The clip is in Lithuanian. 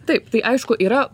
taip tai aišku yra